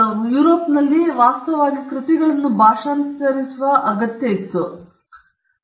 ಮತ್ತು ಯುರೋಪ್ನಲ್ಲಿ ಇದು ವಾಸ್ತವವಾಗಿ ಕೃತಿಗಳನ್ನು ಭಾಷಾಂತರಿಸುವ ಅಗತ್ಯಕ್ಕೆ ಕಾರಣವಾಗುತ್ತದೆ